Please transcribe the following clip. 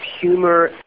humor